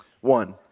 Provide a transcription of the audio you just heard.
One